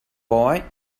boy